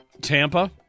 Tampa